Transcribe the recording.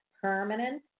permanent